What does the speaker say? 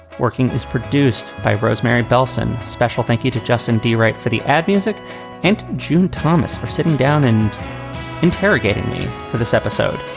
working is produced by rosemary bellson special thank you to justin direct for the ad music and june thomas for sitting down and interrogating me for this episode.